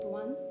one